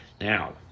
Now